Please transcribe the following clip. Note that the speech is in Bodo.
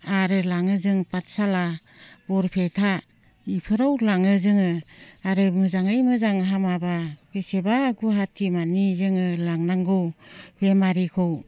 आरो लाङो जों पाथसाला बरपेटा बेफोराव लाङो जोङो आरो मोजाङै मोजां हामाबा बेसेबा गुवाहाटीमानि जोङो लांनांगौ बेमारिखौ